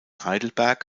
heidelberg